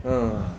mm